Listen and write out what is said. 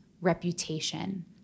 reputation